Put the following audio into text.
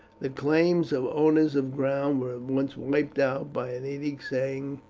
the claims of owners of ground were at once wiped out by an edict saying,